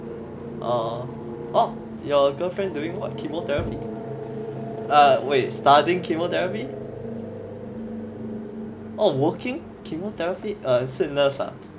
orh orh your girlfriend doing what chemotherapy ah wait studying chemotherapy oh working chemotherapy 是 nurse ah